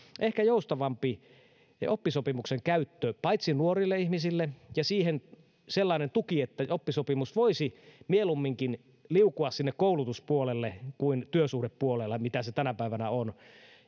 ehkä joustavampi oppisopimuksen käyttö paitsi nuorille ihmisille myös vanhemmille ja siihen sellainen tuki että oppisopimus voisi mieluumminkin liukua sinne koulutuspuolelle kuin työsuhdepuolelle mitä se tänä päivänä on